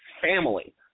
family